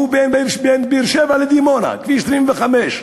שהוא בין באר-שבע לדימונה, כביש 25,